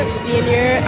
senior